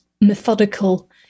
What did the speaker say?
methodical